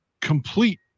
complete